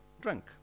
drunk